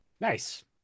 Nice